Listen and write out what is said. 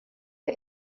der